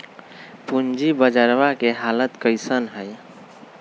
पूंजी बजरवा के हालत कैसन है?